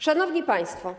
Szanowni Państwo!